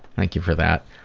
thank you for that.